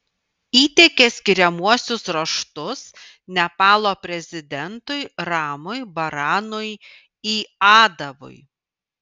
įteikė skiriamuosius raštus nepalo prezidentui ramui baranui yadavui